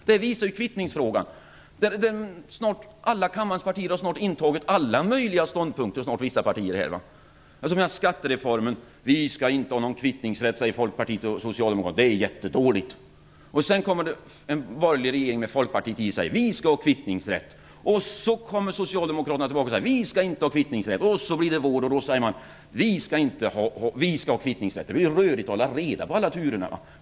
Det visar t.ex. frågan om kvittningsrätt, där kammarens alla partier snart har intagit alla möjliga ståndpunkter, åtminstone vissa partier här. Vid skattereformen sade Folkpartiet och Socialdemokraterna: Vi skall inte ha någon kvittningsrätt. Det är jättedåligt. Sedan kom det en borgerlig regering där Folkpartiet ingick och sade: Vi skall ha kvittningsrätt. Sedan kommer Socialdemokraterna tillbaka och säger: Vi skall inte ha någon kvittningsrätt. Sedan blir det vår och då säger man: Vi skall ha kvittningsrätt. Det blir rörigt att hålla reda på alla turerna!